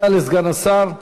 לסגן השר.